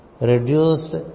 reduced